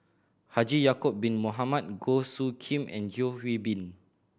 Haji Ya'acob Bin Mohamed Goh Soo Khim and Yeo Hwee Bin